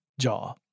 jaw